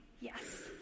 yes